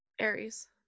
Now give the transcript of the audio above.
Aries